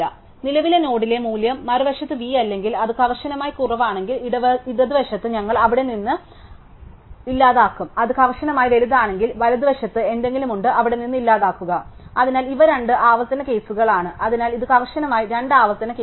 നിലവിലെ നോഡിലെ മൂല്യം മറുവശത്ത് v അല്ലെങ്കിൽ അത് കർശനമായി കുറവാണെങ്കിൽ ഇടതുവശത്ത് ഞങ്ങൾ അവിടെ നിന്ന് ഇല്ലാതാക്കും അത് കർശനമായി വലുതാണെങ്കിൽ വലതുവശത്ത് എന്തെങ്കിലും ഉണ്ട് അവിടെ നിന്ന് ഇല്ലാതാക്കുക അതിനാൽ ഇവ രണ്ട് ആവർത്തന കേസുകളാണ്